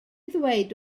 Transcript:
ddweud